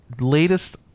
latest